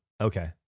Okay